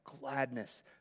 gladness